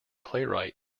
playwright